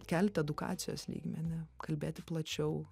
kelti edukacijos lygmenį kalbėti plačiau